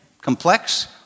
Complex